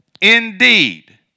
Indeed